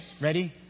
Ready